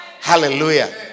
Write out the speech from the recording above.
Hallelujah